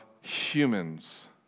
humans